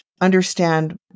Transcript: understand